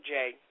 Jay